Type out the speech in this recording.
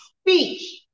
speech